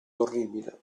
orribile